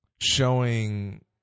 showing